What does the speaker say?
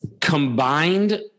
combined